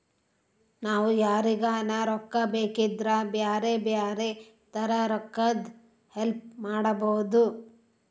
ನಾವು ಯಾರಿಗನ ರೊಕ್ಕ ಬೇಕಿದ್ರ ಬ್ಯಾರೆ ಬ್ಯಾರೆ ತರ ರೊಕ್ಕದ್ ಹೆಲ್ಪ್ ಮಾಡ್ಬೋದು